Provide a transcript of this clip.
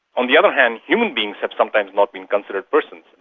on the other hand, human beings have sometimes not been considered persons.